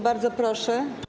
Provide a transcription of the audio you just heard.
Bardzo proszę.